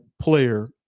player